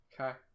okay